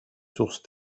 sources